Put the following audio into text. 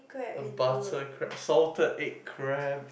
a butter crab salted egg crab